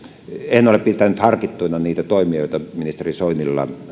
en ole pitänyt harkittuina niitä toimia joita ministeri soinilla